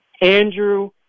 Andrew